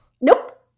Nope